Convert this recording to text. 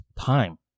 time